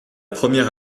première